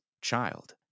child